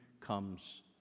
comes